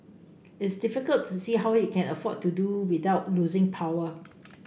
it's difficult to see how he can afford to do without losing power